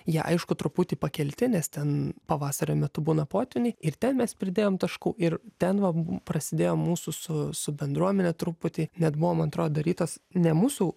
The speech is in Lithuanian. jie aišku truputį pakelti nes ten pavasario metu būna potvyniai ir ten mes pridėjom taškų ir ten va prasidėjo mūsų su su bendruomene truputį net buvo man atrodo darytos ne mūsų